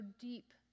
deep